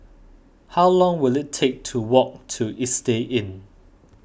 how long will it take to walk to Istay Inn